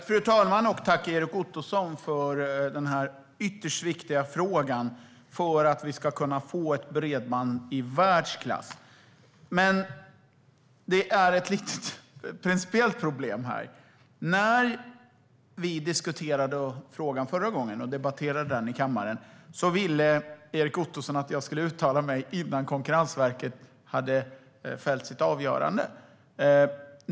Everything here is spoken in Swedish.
Fru talman! Tack, Erik Ottosson, för den ytterst viktiga frågan för att vi kan kunna få ett bredband i världsklass. Det finns ett principiellt problem här. När vi diskuterade frågan förra gången och debatterade den i kammaren ville Erik Ottoson att jag skulle uttala mig innan Konkurrensverket hade fällt sitt avgörande.